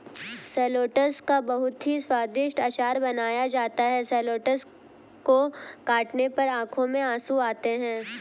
shallots का बहुत ही स्वादिष्ट अचार बनाया जाता है शैलोट्स को काटने पर आंखों में आंसू आते हैं